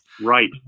right